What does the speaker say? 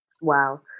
Wow